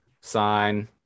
sign